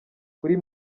kuri